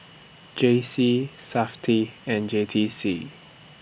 J C Safti and J T C